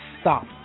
Stop